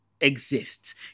exists